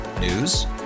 News